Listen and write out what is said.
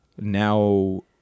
now